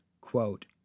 quote